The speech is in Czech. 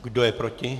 Kdo je proti?